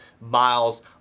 miles